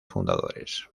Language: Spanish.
fundadores